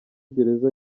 gereza